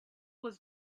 was